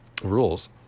rules